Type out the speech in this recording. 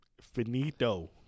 Finito